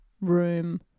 room